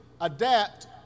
adapt